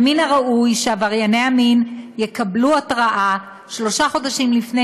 ומן הראוי שנפגעי העבירות יקבלו התרעה שלושה חודשים לפני